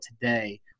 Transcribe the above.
today